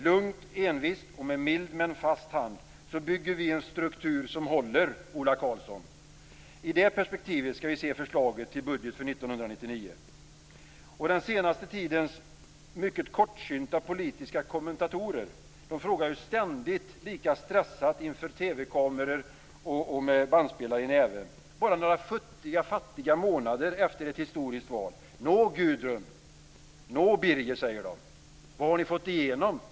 Lugnt, envist och med mild men fast hand bygger vi en struktur som håller, Ola Karlsson. I det perspektivet skall vi se förslaget till budget för Den senaste tidens mycket kortsynta politiska kommentatorer frågar ständigt lika stressade inför TV-kameror och med bandspelare i näven, bara några futtiga månader efter ett historiskt val: - Nå Gudrun, nå Birger, vad har ni nu fått igenom?